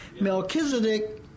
Melchizedek